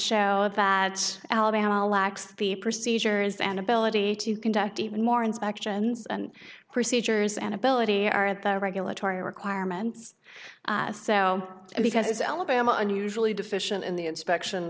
show that alabama lacks the procedures and ability to conduct even more inspections and procedures and ability are at the regulatory requirements so because alabama unusually deficient in the inspection